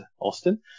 Austin